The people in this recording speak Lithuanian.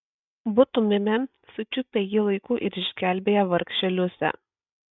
būtumėme sučiupę jį laiku ir išgelbėję vargšę liusę